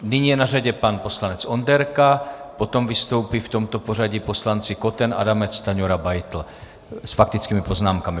Nyní je na řadě pan poslanec Onderka, potom vystoupí v tomto pořadí poslanci Koten, Adamec, Stanjura, Beitl s faktickými poznámkami.